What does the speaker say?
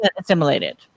assimilated